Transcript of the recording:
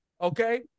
Okay